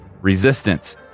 Resistance